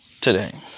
today